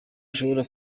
ashobora